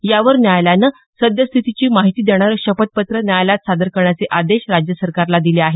यावर न्यायालयानं सद्यस्थितीची माहिती देणारं शपथपत्र न्यायालयात सादर करण्याचे आदेश राज्य सरकारला दिले आहेत